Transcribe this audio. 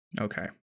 Okay